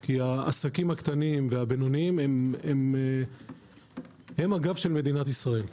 כי העסקים הקטנים והבינוניים הם הגב של מדינת ישראל,